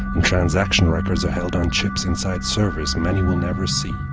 and transaction records are held on chips inside servers many will never see.